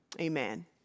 amen